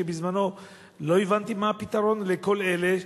ובזמנו לא הבנתי מה הפתרון לכל אלה.